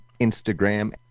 instagram